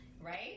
Right